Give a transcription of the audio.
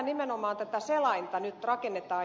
nimenomaan tätä selainta nyt rakennetaan